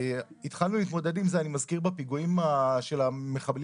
התחלנו להתמודד עם זה בפיגועים שלה מחבלים